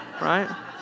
Right